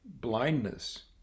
blindness